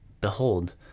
Behold